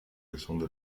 gesunde